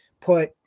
put